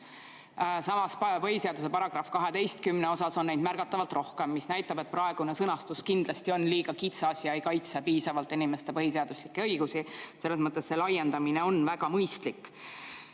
Samas on põhiseaduse § 12 kohta neid märgatavalt rohkem, mis näitab, et praegune sõnastus on kindlasti liiga kitsas ja ei kaitse piisavalt inimeste põhiseaduslikke õigusi. Selles mõttes on see laiendamine väga mõistlik.